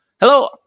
Hello